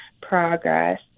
progress